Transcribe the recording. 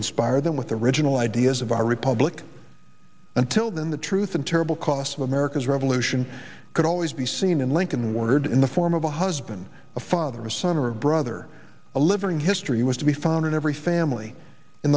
inspire them with the original ideas of our republic until then the truth and terrible cost of america's revolution could always be seen in lincoln wondered in the form of a husband a father a son or a brother a living history was to be found in every family in